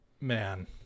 Man